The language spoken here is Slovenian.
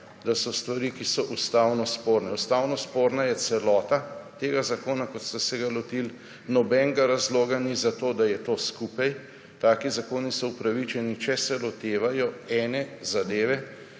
da so stvari, ki so ustavno sporne. Ustavno sporna je celota tega zakona kot ste se ga lotili. Nobenega razloga ni za to, da je to skupaj. Taki zakoni so opravičeni, če se lotevajo ene zadeve,